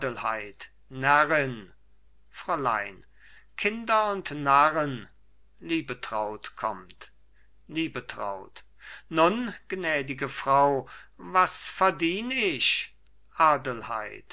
fräulein kinder und narren liebetraut kommt liebetraut nun gnädige frau was verdien ich adelheid